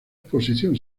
exposición